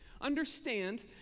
understand